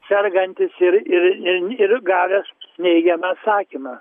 sergantis ir ir ir gavęs neigiamą atsakymą